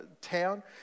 town